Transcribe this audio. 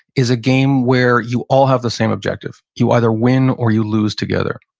is a game where you all have the same objective. you either win or you lose together.